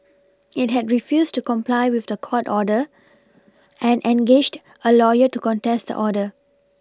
it had refused to comply with the court order and engaged a lawyer to contest the order